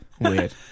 Weird